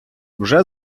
вже